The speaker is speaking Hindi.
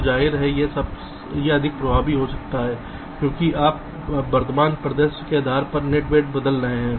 और जाहिर है यह अधिक प्रभावी हो सकता है क्योंकि आप वर्तमान परिदृश्य के आधार पर वेट बदल रहे हैं